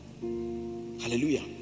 Hallelujah